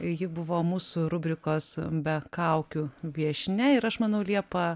ji buvo mūsų rubrikos be kaukių viešnia ir aš manau liepa